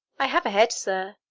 i have a head, sir,